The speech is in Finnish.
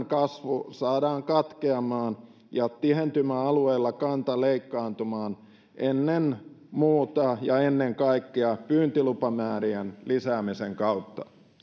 kasvu saadaan katkeamaan ja tihentymäalueella kanta leikkaantumaan ennen muuta ja ennen kaikkea pyyntilupamäärien lisäämisen kautta